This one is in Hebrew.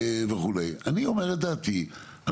אני אומר את דעתי,